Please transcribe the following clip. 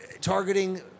targeting